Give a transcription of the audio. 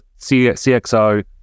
CXO